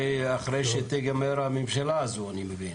זה יהיה אחרי שתיגמר הממשלה הזו, אני מבין.